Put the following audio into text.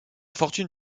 fortune